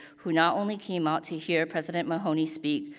who not only came out to hear president mahoney speak,